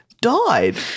died